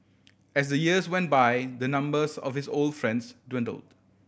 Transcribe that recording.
as the years went by the numbers of his old friends dwindled